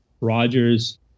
Rogers